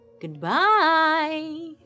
Goodbye